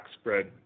spread